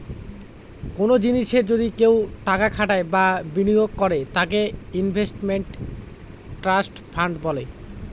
কোনো জিনিসে যদি কেউ টাকা খাটায় বা বিনিয়োগ করে তাকে ইনভেস্টমেন্ট ট্রাস্ট ফান্ড বলে